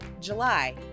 July